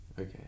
Okay